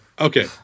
Okay